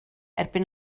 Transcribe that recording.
erbyn